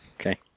Okay